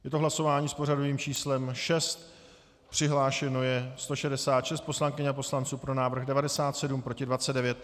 Je to hlasování s pořadovým číslem 6, přihlášeno je 166 poslankyň a poslanců, pro návrh 97, proti 29.